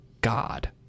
God